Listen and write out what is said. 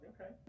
Okay